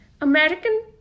American